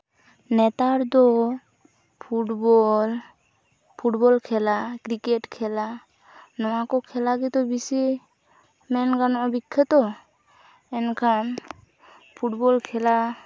ᱱᱮᱛᱟᱨ ᱫᱚ football football ᱠᱷᱮᱞᱟ ᱠᱨᱤᱠᱮᱴ ᱠᱷᱮᱞᱟ ᱱᱚᱣᱟ ᱠᱚ ᱠᱷᱮᱞᱟ ᱜᱮᱛᱚ ᱵᱤᱥᱤ ᱢᱮᱱ ᱜᱟᱱᱚᱜᱼᱟ ᱵᱤᱠᱠᱷᱟᱛᱚ ᱮᱱᱠᱷᱟᱱ ᱯᱷᱩᱴᱵᱚᱞ ᱠᱷᱮᱞᱟ